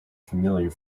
familiar